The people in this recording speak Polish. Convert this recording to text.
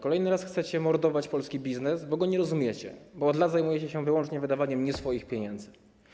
Kolejny raz chcecie mordować polski biznes, bo go nie rozumiecie, bo od lat zajmujecie się wyłącznie wydawaniem nie swoich pieniędzy.